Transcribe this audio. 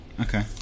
okay